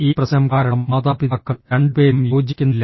ഈ പ്രശ്നം കാരണം മാതാപിതാക്കൾ രണ്ടുപേരും യോജിക്കുന്നില്ല